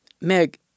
Meg